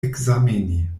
ekzameni